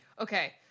Okay